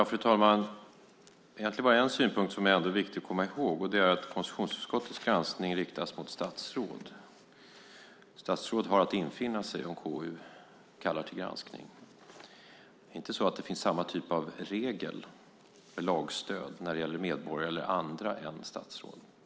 Fru talman! Egentligen är det bara en synpunkt som är viktig att komma ihåg. Det är att konstitutionsutskottets granskning riktas mot statsråd. Statsråd har att infinna sig om KU kallar till granskning. Det finns inte samma typ av regel med lagstöd när det gäller medborgare eller andra än statsråd.